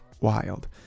wild